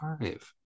five